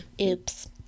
Oops